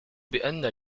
بأن